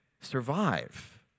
survive